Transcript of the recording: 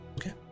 Okay